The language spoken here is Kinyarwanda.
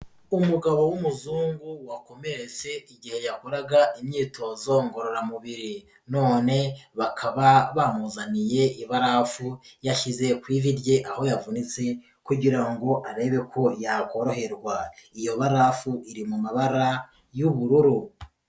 Umugabo w'umuzungu wakomeretse igihe yakoraga imyitozo ngororamubiri, none bakaba bamuzaniye ibarafu. Yashyize ku ivi rye aho yavunitse kugira ngo arebe ko yakoroherwa, iyo barafu iri mu mabara y'ubururu.